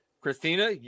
Christina